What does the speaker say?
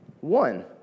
one